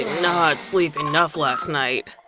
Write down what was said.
not sleep enough last night.